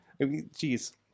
jeez